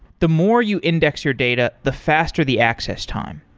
the more you index your data, the faster the access time.